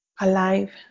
alive